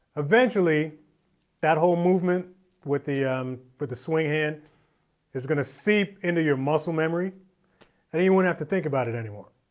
eventually that whole movement with the um with the swing hand is going to seep into your muscle memory and you wouldn't have to think about it anymore.